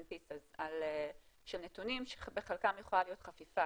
pieces של נתונים שבחלקם יכולה להיות חפיפה,